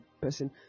person